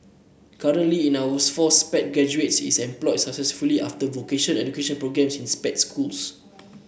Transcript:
currently in four Sped graduates is employed successfully after vocational education in Sped schools